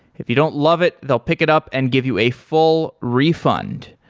if you don't love it, they'll pick it up and give you a full refund.